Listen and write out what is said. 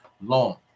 long